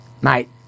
mate